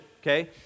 okay